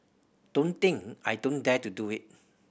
don't think I don't dare to do it